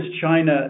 China